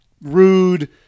rude